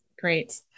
Great